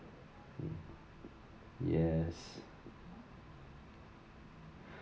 yes